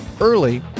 early